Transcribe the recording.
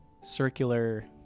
circular